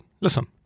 listen